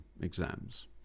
exams